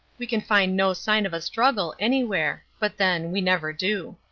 we can find no sign of a struggle anywhere. but, then, we never do.